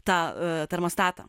tą termostatą